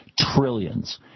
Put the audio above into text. trillions